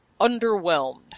underwhelmed